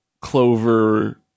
clover